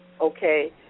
okay